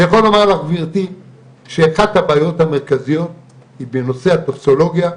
אני יכול לומר לך גבירתי שאחת הבעיות המרכזיות היא בנושא הטופסולוגיה,